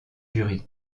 jurys